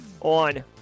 on